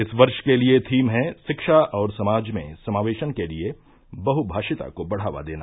इस वर्ष के लिए थीम है शिक्षा और समाज में समावेशन के लिए बहुभाषिता को बढ़ावा देना